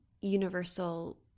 universal